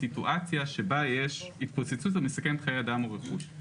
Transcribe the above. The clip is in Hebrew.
סיטואציה שבה יש התפוצצות המסכנת חיי אדם או רכוש,